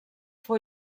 fou